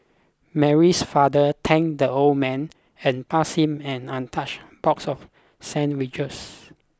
Mary's father thanked the old man and passed him an untouched box of sandwiches